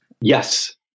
Yes